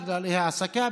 בגלל אי-העסקה,